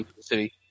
city